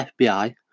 FBI